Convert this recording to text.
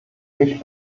mich